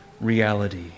reality